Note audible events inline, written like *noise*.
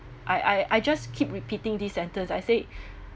I I I just keep repeating this sentence I said *breath*